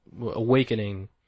awakening